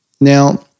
Now